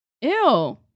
Ew